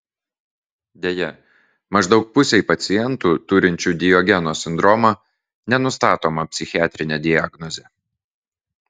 deja maždaug pusei pacientų turinčių diogeno sindromą nenustatoma psichiatrinė diagnozė